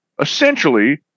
Essentially